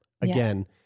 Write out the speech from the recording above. again